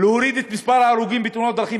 להוריד את מספר ההרוגים בתאונות דרכים